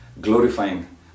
glorifying